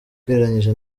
ugereranyije